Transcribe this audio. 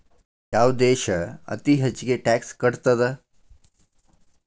ಯಾವ್ ದೇಶ್ ಅತೇ ಹೆಚ್ಗೇ ಟ್ಯಾಕ್ಸ್ ಕಟ್ತದ?